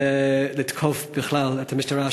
לתקוף את המשטרה,